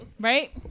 Right